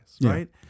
right